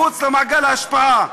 מחוץ למעגל ההשפעה.